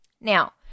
Now